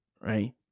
right